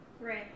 Right